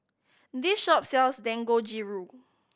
this shop sells Dangojiru